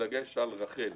בדגש על רח"ל.